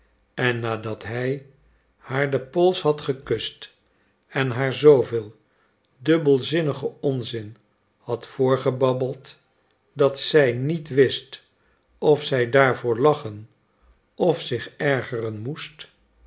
en nadat hij haar den pols had gekust en haar zooveel dubbelzinnigen onzin had voorgebabbeld dat zij niet wist of zij daarvoor lachen of zich ergeren moest